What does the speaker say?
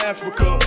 Africa